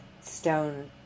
stone